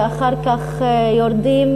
ואחר כך יורדים,